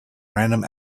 random